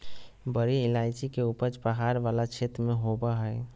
बड़ी इलायची के उपज पहाड़ वाला क्षेत्र में होबा हइ